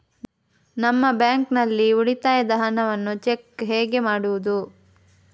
ನಮ್ಮ ಬ್ಯಾಂಕ್ ನಲ್ಲಿ ಉಳಿತಾಯದ ಹಣವನ್ನು ಚೆಕ್ ಹೇಗೆ ಮಾಡುವುದು?